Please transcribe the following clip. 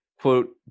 quote